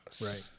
Right